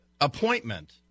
appointment